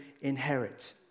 inherit